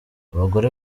abagore